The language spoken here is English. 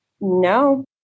No